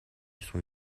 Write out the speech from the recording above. sont